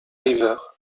river